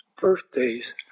birthdays